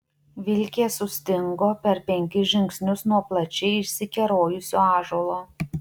vilkė sustingo per penkis žingsnius nuo plačiai išsikerojusio ąžuolo